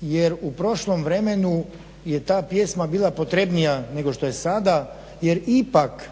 jer u prošlom vremenu je ta pjesma bila potrebnija nego što je sada jer ipak